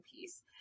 piece